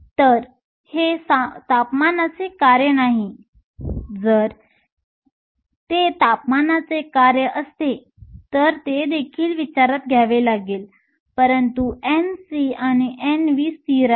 तर हे तापमानाचे कार्य नाही जर ते तापमानाचे कार्य असते तर ते देखील विचारात घ्यावे लागेल परंतु Nc आणि Nv स्थिर आहेत